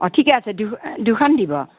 অ ঠিকে আছে দু দুখন দিব